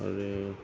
आरो